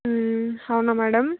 మ్మ్ అవునా మేడం